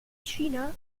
china